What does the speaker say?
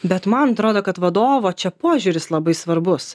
bet man atrodo kad vadovo čia požiūris labai svarbus